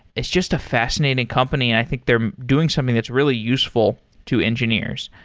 it's just a fascinating company and i think they're doing something that's really useful to engineers.